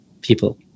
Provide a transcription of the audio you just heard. people